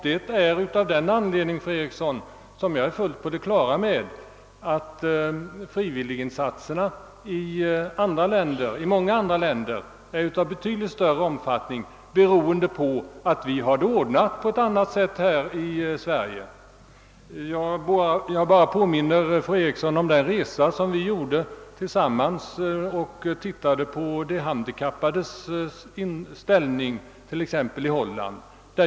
Jag är fullt på det klara med, fru Eriksson, att frivilliginsatserna i många andra länder är av betydligt större omfattning än i vårt land beroende på att vi har det ordnat på ett annat sätt här i Sverige. Jag vill bara påminna fru Eriksson om den resa som vi gjorde tillsammans, då vi bl.a. tittade på de handikappades ställning i Holland.